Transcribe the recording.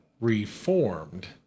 reformed